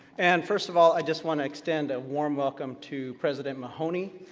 and first of all, i just want to extend a warm welcome to president mahoney.